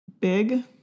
Big